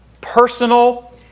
personal